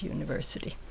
University